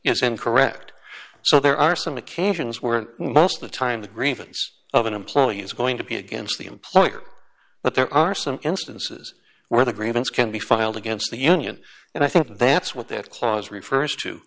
and correct so there are some occasions where most of the time the grievance of an employee is going to be against the employer but there are some instances where the grievance can be filed against the union and i think that's what that clause refers to